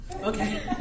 Okay